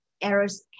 errors